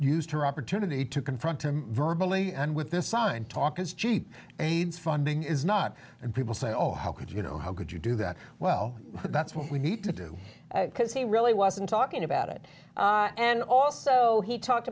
used her opportunity to confront him verbally and with this sign talk is cheap aids funding is not and people say oh how could you know how could you do that well that's what we need to do because he really wasn't talking about it and also he talked